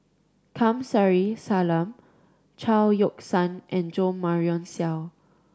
Kamsari Salam Chao Yoke San and Jo Marion Seow